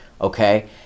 Okay